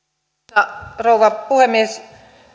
arvoisa rouva puhemies